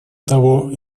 того